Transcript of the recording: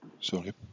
Sorry